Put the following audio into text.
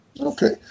okay